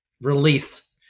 release